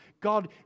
God